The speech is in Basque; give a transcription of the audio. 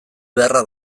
beharra